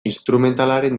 instrumentalaren